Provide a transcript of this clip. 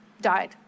died